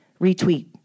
retweet